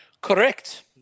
Correct